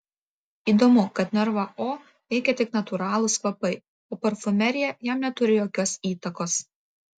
įdomu kad nervą o veikia tik natūralūs kvapai o parfumerija jam neturi jokios įtakos